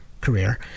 career